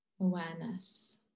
awareness